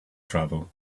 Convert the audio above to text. travel